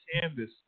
canvas